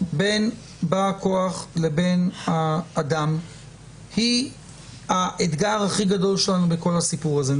בין בא כוח לבין האדם היא האתגר הכי גדול שלנו בכל הסיפור הזה,